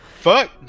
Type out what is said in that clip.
fuck